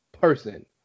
person